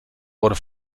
wurde